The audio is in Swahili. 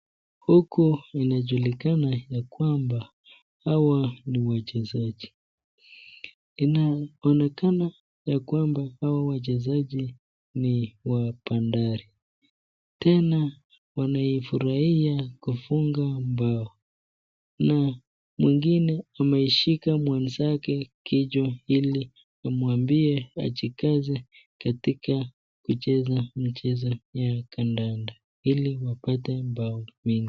Huku inajulikana ya kwamba hawa ni wachezaji, inaonekana ya kwamba hawa wachezaji ni wa bandari tena wanafurahia kufunga bao na mwengine ameshika mwenzake kichwa hili amwambia wajikaze katika kucheza mchezo wa kandanda hili wapate bao mengi.